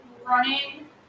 running